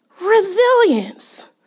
resilience